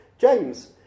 James